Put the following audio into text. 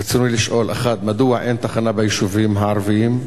רצוני לשאול: 1. מדוע אין תחנה ביישובים הערביים?